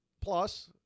Plus